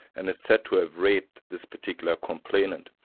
and is said to have raped this particular complainant.